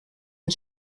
and